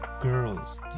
girls